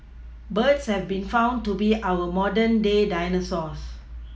birds have been found to be our modern day dinosaurs